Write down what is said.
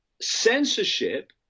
censorship